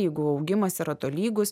jeigu augimas yra tolygus